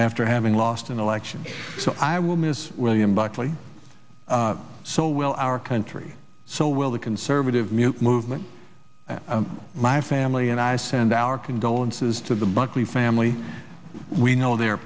after having lost an election i will miss william buckley so will our country so will the conservative movement my family and i send our condolences to the buckley family we know they